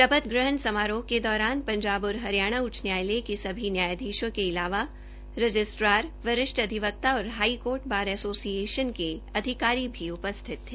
शपथ ग्रहण समारोह के दौरान पंजाब और हरियाणा उच्च न्यायालय के सभी न्यायाधीशों के अलावा रजिस्ट्रार वरिष्ठ अविवक्ता और हाई कोर्ट बार एसोसिएशन के पदाधिकारी भी उपस्थित हो